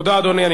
תודה רבה.